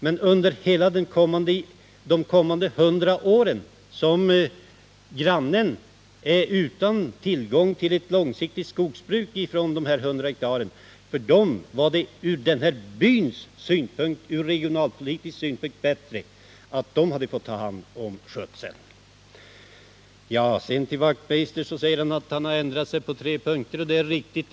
Men under de kommande hundra åren som grannarna är utan tillgång till ett långsiktigt skogsbruk på dessa 100 hektar hade det, ur byns synpunkt och ur regionalpolitisk synpunkt, varit bättre att grannarna fått ta hand om skötseln av marken. Hans Wachtmeister säger att han har ändrat sig på tre punkter, och det är riktigt.